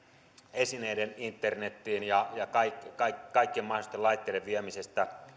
esineiden internetiin ja kaikkien mahdollisten laitteiden viemiseen